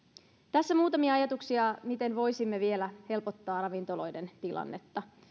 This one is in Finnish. tässä muutamia ajatuksia miten voisimme vielä helpottaa ravintoloiden tilannetta